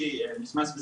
הניסיון,